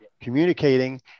communicating